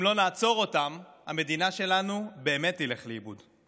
אם לא נעצור אותם, המדינה שלנו באמת תלך לאיבוד.